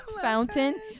fountain